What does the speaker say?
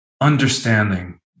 understanding